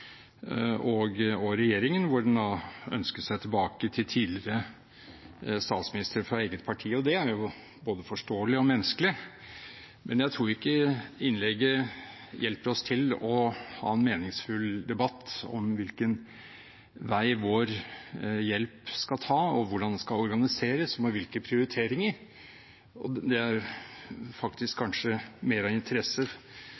opposisjon og regjeringen, hvor en da ønsket seg tilbake til tidligere statsminister fra eget parti. Det er jo både forståelig og menneskelig, men jeg tror ikke innlegget hjelper oss til å ha en meningsfull debatt om hvilken vei vår hjelp skal ta, hvordan den skal organiseres og med hvilke prioriteringer. Det er